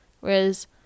whereas